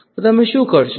તો તમે શું કરશો